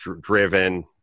driven